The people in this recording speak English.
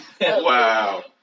wow